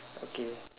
okay